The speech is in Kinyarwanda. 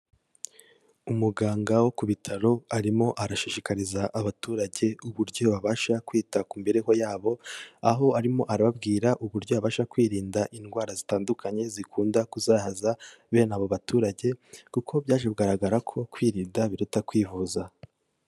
Umuganga wo ku bitaro arimo arashishikariza abaturage uburyo babasha kwita ku mibereho yabo, aho arimo arababwira uburyo babasha kwirinda indwara zitandukanye zikunda kuzahaza bene abo baturage, kuko byaje kugaragara ko kwirinda biruta kwivuza.